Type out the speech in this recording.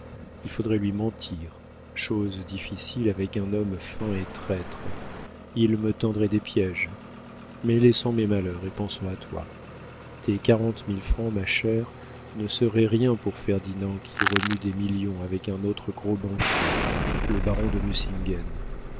il faudrait lui mentir chose difficile avec un homme fin et traître il me tendrait des piéges mais laissons mes malheurs et pensons à toi tes quarante mille francs ma chère ne seraient rien pour ferdinand qui remue des millions avec un autre gros banquier le baron de